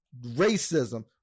racism